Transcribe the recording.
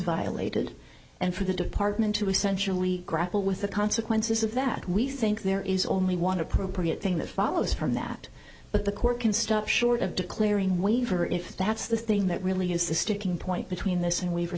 violated and for the department to essentially grapple with the consequences of that we think there is only one appropriate thing that follows from that but the court can stop short of declaring waiver if that's the thing that really is the sticking point between this and we